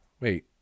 Wait